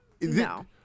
No